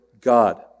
God